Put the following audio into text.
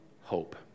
hope